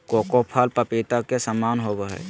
cocoa फल पपीता के समान होबय हइ